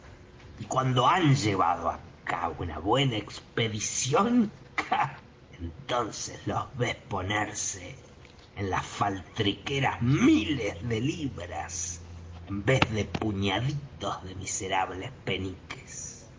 y cuando han llevado á cabo una buena expedición cá entonces entonces los ves ponerse en las faltriqueras miles de libras en vez de puñaditos de miserables peniques